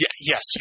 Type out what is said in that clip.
Yes